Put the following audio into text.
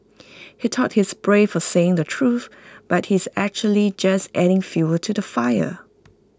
he thought he's brave for saying the truth but he's actually just adding fuel to the fire